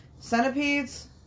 Centipedes